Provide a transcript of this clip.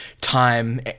time